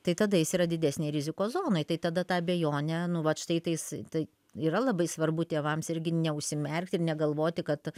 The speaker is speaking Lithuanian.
tai tada jis yra didesnėj rizikos zonoj tai tada tą abejonę nu vat štai tais tai yra labai svarbu tėvams irgi neužsimerkti ir negalvoti kad